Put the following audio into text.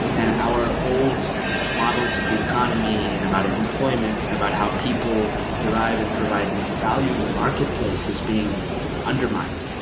and our old models of the economy and about employment and about how people derive and provide value in the marketplace is being undermined.